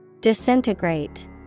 Disintegrate